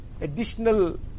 additional